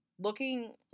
looking